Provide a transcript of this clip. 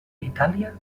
itàlia